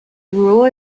rule